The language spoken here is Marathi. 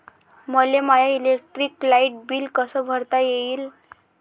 मले माय इलेक्ट्रिक लाईट बिल कस भरता येईल?